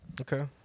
Okay